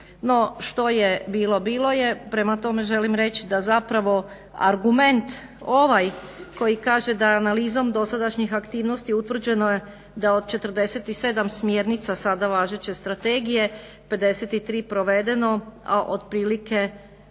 što je bilo, bilo je. Prema tome, želim reći da zapravo argument ovaj koji kaže da analizom dosadašnjih aktivnosti utvrđeno je da je od 47 smjernica sada važeće Strategije 53 provedeno, a otprilike